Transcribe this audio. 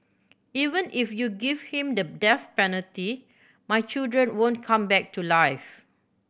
even if you give him the death penalty my children won't come back to life